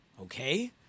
Okay